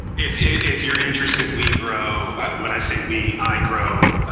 if if you're interested we grow, when i say we, i grow,